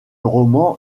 roman